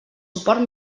suport